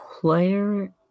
player